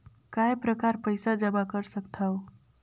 काय प्रकार पईसा जमा कर सकथव?